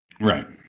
Right